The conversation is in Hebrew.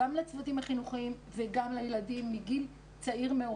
גם לצוותים החינוכיים וגם לילדים מגיל צעיר מאוד.